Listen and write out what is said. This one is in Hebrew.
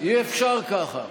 אי-אפשר ככה.